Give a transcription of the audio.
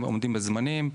הם עומדים בזמנים.